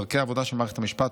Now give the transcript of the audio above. דרכי העבודה של מערכת המשפט,